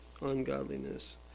Ungodliness